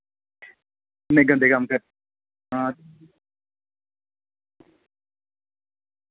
इ'यां गंदे कम्म हां